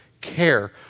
care